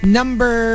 number